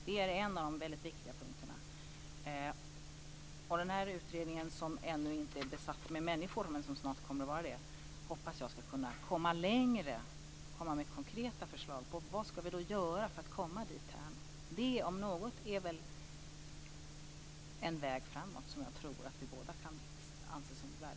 Det är en av de väldigt viktiga punkterna. Den här utredningen, som ännu inte är besatt med människor men som snart kommer att vara det, hoppas jag ska kunna komma längre och komma med konkreta förslag på vad vi kan göra för att komma dit vi vill. Det om något är väl en väg framåt som jag tror att vi båda kan anse som värdefull.